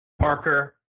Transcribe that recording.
Parker